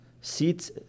Seats